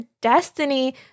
destiny